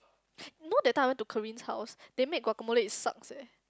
know that time I went to Karin's house they make guacamole is sucks eh